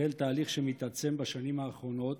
החל תהליך שמתעצם בשנים האחרונות